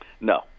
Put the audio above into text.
no